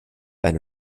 eine